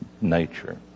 nature